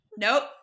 Nope